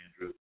Andrew